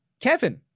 Kevin